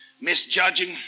Misjudging